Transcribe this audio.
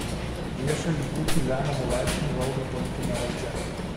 viešąjį ūkį lemiamu laipsniu valdo politinė valdžia